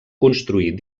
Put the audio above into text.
construir